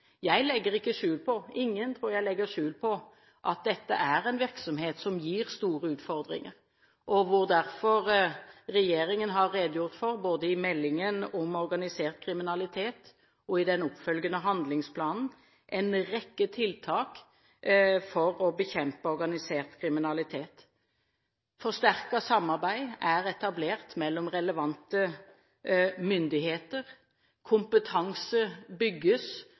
Jeg legger ikke skjul på – jeg tror ingen legger skjul på – at dette er en virksomhet som gir store utfordringer, og regjeringen har derfor både i meldingen om organisert kriminalitet og i den oppfølgende handlingsplanen redegjort for en rekke tiltak for å bekjempe organisert kriminalitet. Forsterket samarbeid er etablert mellom relevante myndigheter, kompetanse bygges